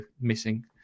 missing